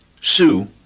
Sue